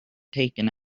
taken